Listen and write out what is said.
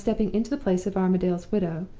on my stepping into the place of armadale's widow,